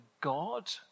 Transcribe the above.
God